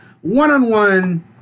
one-on-one